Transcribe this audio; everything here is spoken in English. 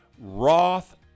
Roth